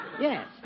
Yes